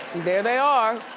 there they are.